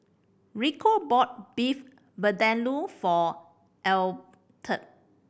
Rico bought Beef Vindaloo for Elberta